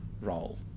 role